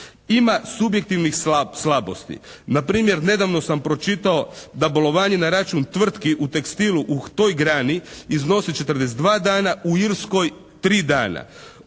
Ima subjektivnih slabosti. Na primjer nedavno sam pročitao da bolovanje na račun tvrtki u tekstilu u toj grani iznosi 42 dana. U Irskoj 3 dana.